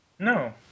No